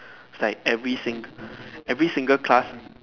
is like every singer every single class